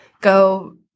go